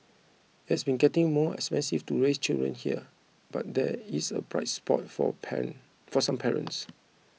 it has been getting more expensive to raise children here but there is a bright spot for parent for some parents